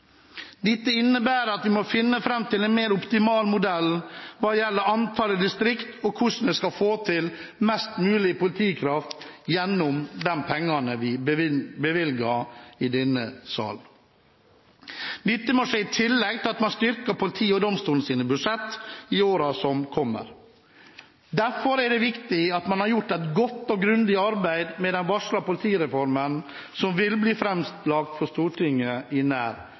Dette innebærer at vi må finne fram til en mer optimal modell hva gjelder antallet distrikter og hvordan en skal få mest mulig politikraft igjen for pengene vi bevilger i denne sal. Dette må skje i tillegg til at man styrker politiets og domstolenes budsjetter i årene som kommer. Derfor er det viktig at man har gjort et godt og grundig arbeid med den varslede politireformen som vil bli lagt fram for Stortinget i nær